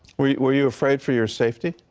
we were you afraid for your safety.